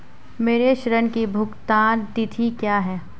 मेरे ऋण की भुगतान तिथि क्या है?